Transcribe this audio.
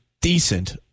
decent